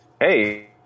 Hey